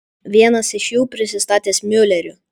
vienas iš jų prisistatęs miuleriu